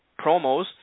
promos